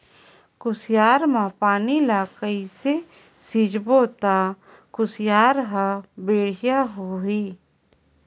कुसियार मा पानी ला कइसे सिंचबो ता कुसियार हर बेडिया होही?